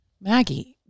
Maggie